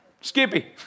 Skippy